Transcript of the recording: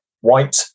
white